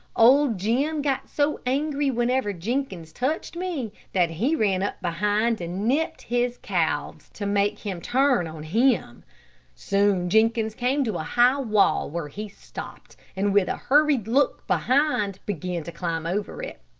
old jim got so angry whenever jenkins touched me, that he ran up behind and nipped his calves, to make him turn on him soon jenkins came to a high wall, where he stopped, and with a hurried look behind, began to climb over it.